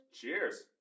Cheers